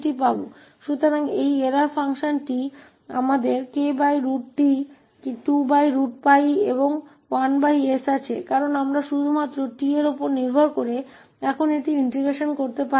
तो यह त्रुटि फ़ंक्शन kt में 2𝜋 है हमारे पास 1s है क्योंकि हम अब इसे एकीकृत कर सकते हैं यह केवल t पर निर्भर करता है